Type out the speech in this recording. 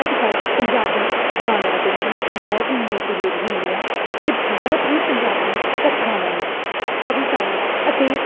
ਅੱਜ ਕੱਲ੍ਹ ਪੰਜਾਬੀ ਗਾਣਿਆਂ ਤੋਂ ਲੋਕ ਬਹੁਤ ਮੋਟੀਵੇਟ ਹੁੰਦੇ ਆ ਅਤੇ ਬਹੁਤ ਹੀ ਪੰਜਾਬੀ ਕਥਾਵਾਂ ਕਵਿਤਾਵਾਂ ਅਤੇ